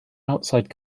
outside